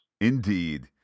Indeed